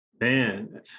Man